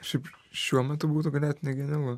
šiaip šiuo metu būtų ganėtinai genialu